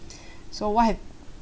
so what have